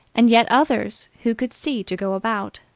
and yet others who could see to go about,